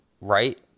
right